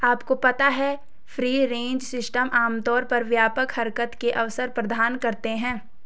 आपको पता है फ्री रेंज सिस्टम आमतौर पर व्यापक हरकत के अवसर प्रदान करते हैं?